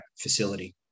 facility